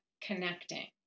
connecting